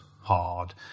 hard